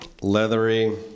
Leathery